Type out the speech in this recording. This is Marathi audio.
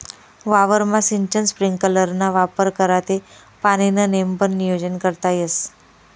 वावरमा सिंचन स्प्रिंकलरना वापर करा ते पाणीनं नेमबन नियोजन करता येस